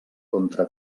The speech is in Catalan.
contra